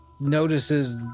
notices